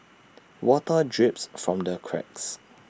water drips from the cracks